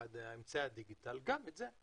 אמצעי הדיגיטל, גם את זה.